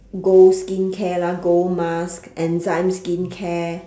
gold skincare lah gold mask enzyme skincare